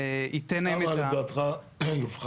זה ייתן להם את --- כמה לדעתך יופחת